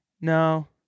no